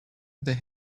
they